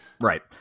Right